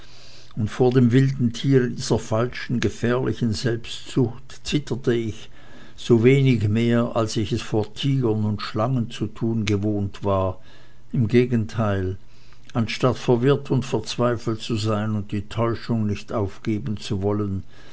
gezittert vor dem wilden tiere dieser falschen gefährlichen selbstsucht zitterte ich sowenig mehr als ich es vor tigern und schlangen zu tun gewohnt war im gegenteil anstatt verwirrt und verzweifelt zu sein und die täuschung nicht aufgeben zu wollen